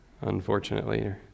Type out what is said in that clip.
Unfortunately